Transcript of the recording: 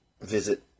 visit